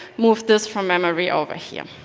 move this from memory over here.